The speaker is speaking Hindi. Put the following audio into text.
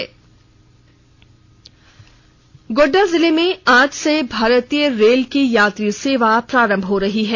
यात्री सेवा गोड्डा जिले में आज से भारतीय रेल की यात्री सेवा प्रारंभ हो रही है